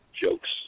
jokes